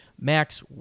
Max